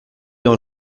dans